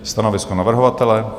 Stanovisko navrhovatele?